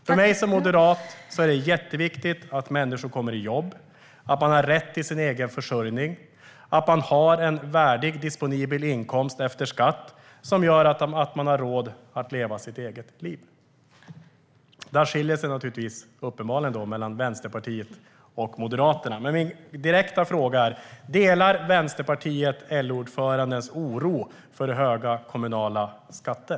För mig som moderat är det jätteviktigt att människor kommer i jobb, att de har rätt till egen försörjning, att de har en värdig disponibel inkomst efter skatt som gör att de har råd att leva ett eget liv. Där skiljer det sig uppenbarligen mellan Vänsterpartiet och Moderaterna. Delar Vänsterpartiet LO-ordförandens oro för höga kommunala skatter?